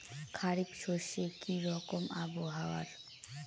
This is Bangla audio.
খরিফ শস্যে কি রকম আবহাওয়ার?